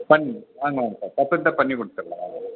பண்ணிடலாம் வாங்க வாங்க பர்பெக்டாக பண்ணி கொடுத்துடுலாம் வாங்க